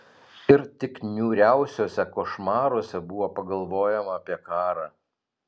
ir tik niūriausiuose košmaruose buvo pagalvojama apie karą